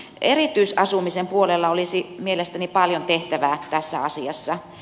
erityisasumisen puolella olisi mielestäni paljon tehtävää tässä asiassa